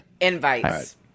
Invites